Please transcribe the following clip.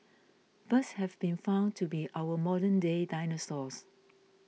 birds have been found to be our modernday dinosaurs